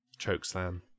chokeslam